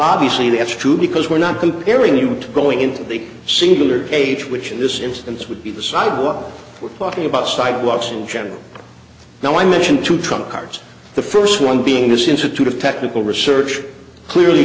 obviously have to because we're not comparing you to going into a singular age which in this instance would be the sidewalk we're talking about sidewalks in general now i mention to trump cards the first one being this institute of technical research clearly